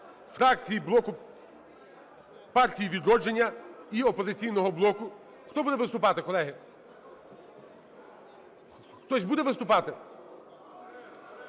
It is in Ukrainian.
фракції "Партії "Відродження" і "Опозиційного блоку". Хто буде виступати, колеги? Хтось буде виступати?